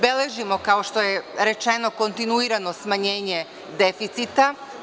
Beležimo, kao što je rečeno, kontinuirano smanjenje deficita u